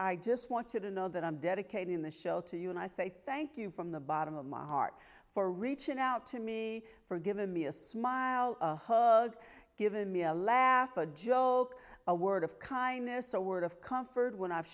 just want to know that i'm dedicating the show to you and i say thank you from the bottom of my heart for reaching out to me for giving me a smile given me a laugh a joke a word of kindness a word of comfort when i've